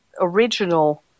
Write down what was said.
original